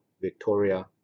Victoria